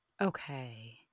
Okay